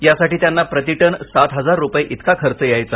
यासाठी त्यांना प्रतिटन सात हजार रुपये इतका खर्च यायचा